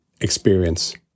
experience